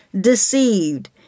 deceived